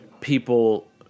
people